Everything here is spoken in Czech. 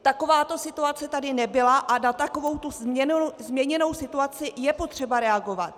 Takováto situace tady nebyla a na takovouto změněnou situaci je potřeba reagovat.